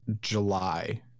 July